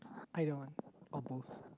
either one or both